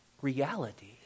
reality